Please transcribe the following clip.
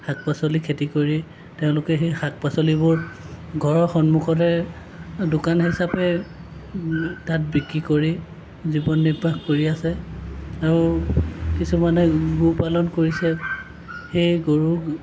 শাক পাচলিৰ খেতি কৰি তেওঁলোকে সেই শাক পাচলিবোৰ ঘৰৰ সন্মুখতে দোকান হিচাপে তাত বিক্ৰী কৰে জীৱন নিৰ্বাহ কৰি আছে আৰু কিছুমানে গো পালন কৰিছে সেই গৰুৰ